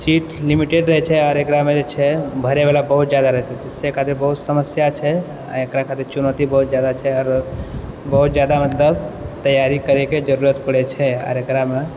seat limited रहय छै आओर एकरामे जे छै भरयवला बहुत जादा रहय छै से खातिर बहुत समस्या छै आओर एकरा खातिर चुनौती बहुत जादा छै आरो बहुत जादा मतलब तैयारी करयके जरूरत पड़य छै आर एकरामे